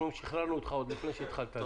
אנחנו שחררנו אותך עוד לפני שהתחלת לדבר.